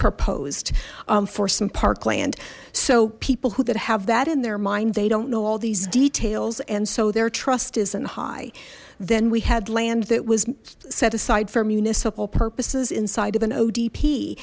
proposed for some parkland so people who that have that in their mind they don't know all these details and so their trust isn't high then we had land that was set aside for municipal purposes inside of an o